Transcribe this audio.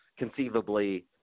conceivably